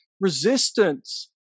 resistance